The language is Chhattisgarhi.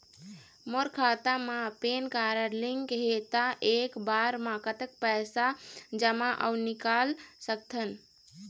मोर खाता मा पेन कारड लिंक हे ता एक बार मा कतक पैसा जमा अऊ निकाल सकथन?